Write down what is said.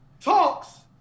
talks